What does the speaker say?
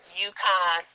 UConn